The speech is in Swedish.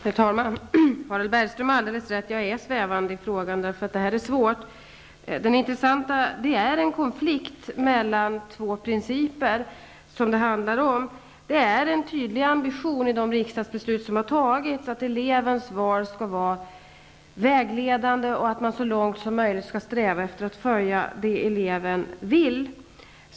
Herr talman! Harald Bergström har alldeles rätt. Jag är svävande i svaret eftersom det är svåra frågor. Det råder en konflikt mellan två principer. Det finns en tydlig ambition i de riksdagsbeslut som har fattats att elevens val skall vara vägledande och att man så långt som möjligt skall sträva efter att följa de önskemål eleven har.